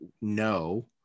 no